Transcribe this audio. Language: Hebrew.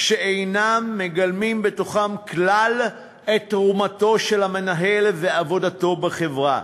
שאינם מגלמים בתוכם כלל את תרומתו של המנהל ועבודתו בחברה.